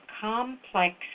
complex